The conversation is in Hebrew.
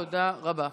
תודה רבה.